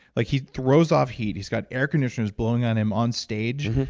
like he throws off heat, he's got air conditioners blowing on him on stage,